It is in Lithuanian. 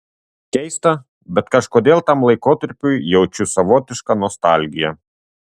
keista bet kažkodėl tam laikotarpiui jaučiu savotišką nostalgiją